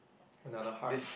another hearts